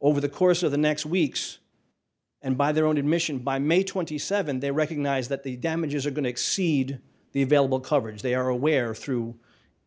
over the course of the next weeks and by their own admission by may twenty seven they recognize that the damages are going to exceed the available coverage they are aware through